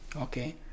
Okay